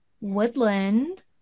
Woodland